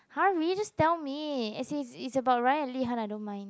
hurry just tell me as in it's it's about Ryan and Li-han I don't mind